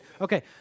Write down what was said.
Okay